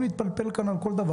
להתפלפל על כל דבר.